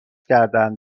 کردند